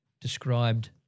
described